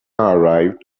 arrived